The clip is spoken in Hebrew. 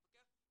המפקח,